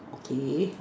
okay